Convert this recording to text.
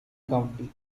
county